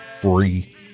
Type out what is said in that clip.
free